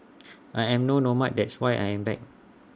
I am no nomad that's why I am back